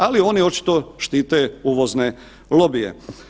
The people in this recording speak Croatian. Ali, oni očito štite uvozne lobije.